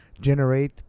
generate